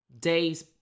day's